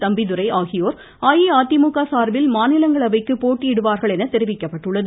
தம்பிதுரை ஆகியோர் அஇஅதிமுக சார்பில் மாநிலங்களவைக்கு போட்டியிடுவார்கள் என தெரிவிக்கப்பட்டுள்ளது